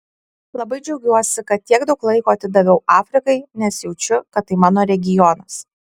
labai džiaugiuosi kad tiek daug laiko atidaviau afrikai nes jaučiu kad tai mano regionas